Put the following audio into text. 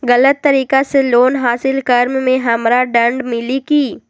गलत तरीका से लोन हासिल कर्म मे हमरा दंड मिली कि?